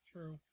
True